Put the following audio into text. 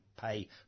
pay